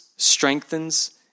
strengthens